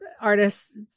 artists